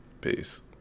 Peace